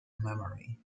memory